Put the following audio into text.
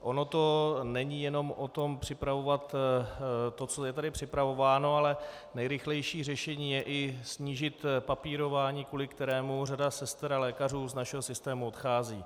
Ono to není jenom o tom připravovat, co je připravováno, ale nejrychlejší řešení je i snížit papírování, kvůli kterému řada sester a lékařů z našeho systému odchází.